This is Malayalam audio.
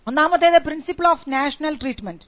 ഒന്നാമത്തേത് പ്രിൻസിപ്പിൾ ഓഫ് നാഷണൽ ട്രീറ്റ്മെൻറ്